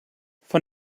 von